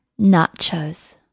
nachos